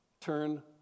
Turn